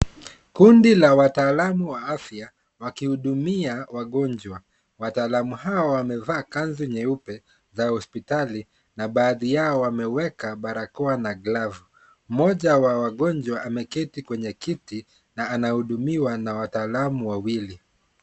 Kundi la wataalamu wa afya wakiwahudumia wagonjwa. Wataalamu hawa wamevaa kanzu nyeupe za hospitali na baadhi yao wameweka barakoa na glavu. Mmoja wa wagonjwa ameketi kwenye kiti, anahudumiwa na wataalamu wawili.